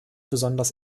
besonders